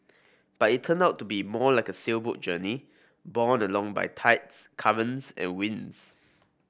but it turned out to be more like a sailboat journey borne along by tides currents and winds